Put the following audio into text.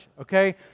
okay